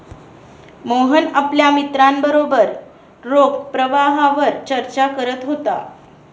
मोहन आपल्या मित्रांबरोबर रोख प्रवाहावर चर्चा करत होता